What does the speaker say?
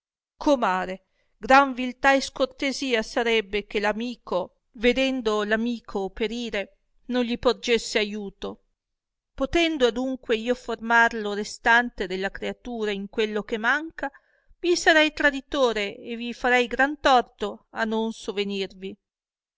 comare gran viltà e scortesia sarebbe che l amico vedendo l'amico perire non gli porgesse aiuto potendo adunque io formar lo restante della creatura in quello che manca vi sarei traditore e vi farei gran torto a non sovenirvi